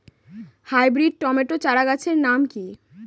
Hybrid tomato চারাগাছের নাম কি?